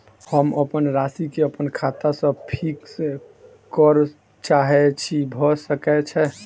हम अप्पन राशि केँ अप्पन खाता सँ फिक्स करऽ चाहै छी भऽ सकै छै?